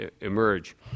emerge